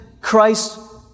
Christ